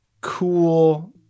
cool